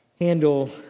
handle